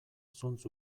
zuntz